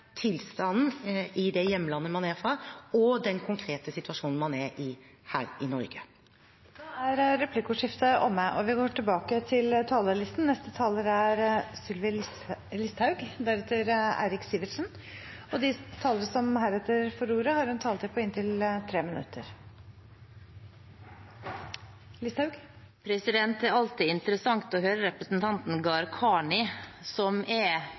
tilstanden i det hjemlandet man er fra, og den konkrete situasjonen man er i her i Norge. Replikkordskiftet er omme. De talere som heretter får ordet, har en taletid på inntil 3 minutter. Det er alltid interessant å høre representanten Gharahkhani, som er